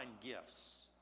gifts